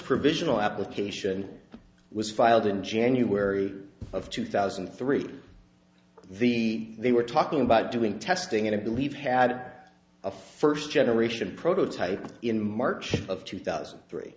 provisional application was filed in january of two thousand and three the they were talking about doing testing and i believe had a first generation prototype in march of two thousand and three